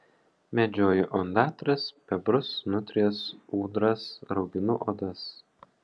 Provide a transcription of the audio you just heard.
medžioju ondatras bebrus nutrijas ūdras rauginu odas